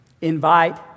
Invite